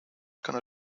gonna